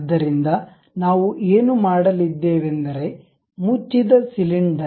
ಆದ್ದರಿಂದ ನಾವು ಏನು ಮಾಡಲಿದ್ದೇವೆಂದರೆ ಮುಚ್ಚಿದ ಸಿಲಿಂಡರ